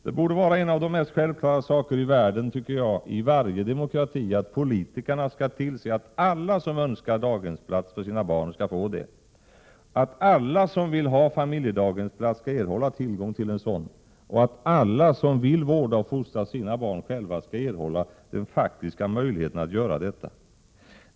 Det borde vara en av de mest självklara saker i världen, tycker jag, inom varje demokrati att politikerna skall tillse att alla som önskar daghemsplats för sina barn skall få det, att alla som vill ha familjedaghemsplats skall erhålla tillgång till en sådan och att alla som vill vårda och fostra sina barn själva skall erhålla den faktiska möjligheten att göra detta.